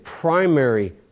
primary